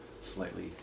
slightly